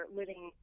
living